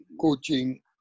coaching